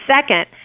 Second